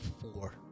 four